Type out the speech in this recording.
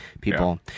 people